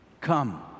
Come